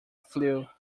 flew